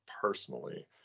personally